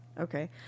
Okay